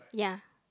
yeah